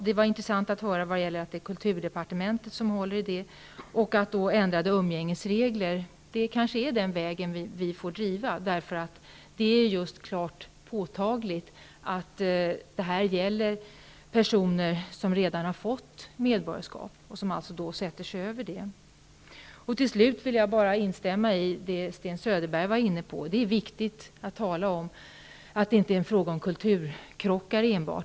Det var intressant att höra att det är kulturdepartementet som håller i frågan om medborgarskapet och att det kanske är via ändrade umgängesregler vi får driva denna fråga. Det är påtagligt att det gäller personer som redan har fått medborgarskap och som sätter sig över reglerna. Till slut vill jag instämma i det som Sten Söderberg var inne på. Det är viktigt att säga att detta inte enbart är en fråga om kulturkrockar.